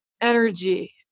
energy